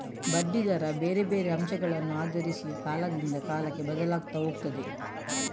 ಬಡ್ಡಿ ದರ ಬೇರೆ ಬೇರೆ ಅಂಶಗಳನ್ನ ಆಧರಿಸಿ ಕಾಲದಿಂದ ಕಾಲಕ್ಕೆ ಬದ್ಲಾಗ್ತಾ ಹೋಗ್ತದೆ